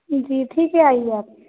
جی ٹھیک ہے آئیے آپ